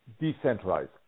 decentralized